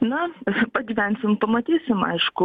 na pagyvensim pamatysim aišku